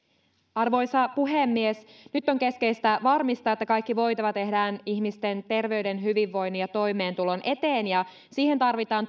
arvoisa puhemies nyt on keskeistä varmistaa että kaikki voitava tehdään ihmisten terveyden hyvinvoinnin ja toimeentulon eteen ja siihen tarvitaan